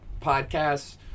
podcasts